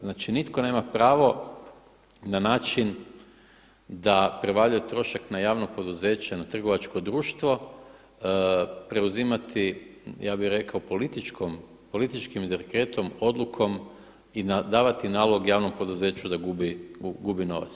Znači nitko nema pravo na način da prevaljuje trošak na javno poduzeće, na trgovačko društvo, preuzimati ja bih rekao političkim dekretom, odlukom i davati nalog javnom poduzeću da gubi novac.